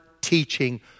teaching